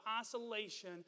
isolation